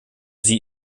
sie